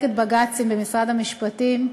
מחלקת בג"צים במשרד המשפטים,